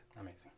Amazing